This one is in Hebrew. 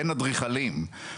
אין אדריכלים,